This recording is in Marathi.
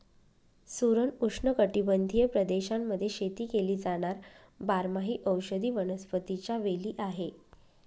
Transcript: सुरण उष्णकटिबंधीय प्रदेशांमध्ये शेती केली जाणार बारमाही औषधी वनस्पतीच्या वेली आहे